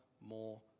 more